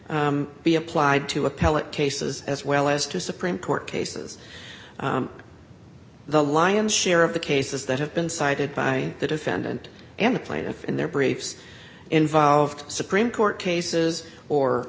be applied to appellate cases as well as to supreme court cases the lion's share of the cases that have been cited by the defendant and the plaintiff in their briefs involved supreme court cases or